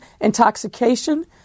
intoxication